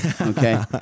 Okay